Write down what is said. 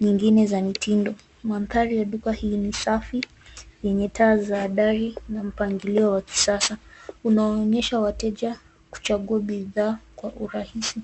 nyingine za nitindo. Mandhari ya duka hili ni safi yenye taa za adari na mpangiliowa kisasa. Unoonyesha wateja kuchagu bidhaa kwa urahisi.